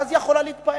ואז היא יכולה להתפאר.